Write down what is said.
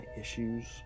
issues